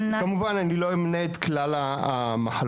כמובן אני לא אמנה את כלל המחלות